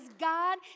God